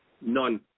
None